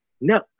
No